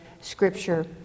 scripture